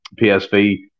PSV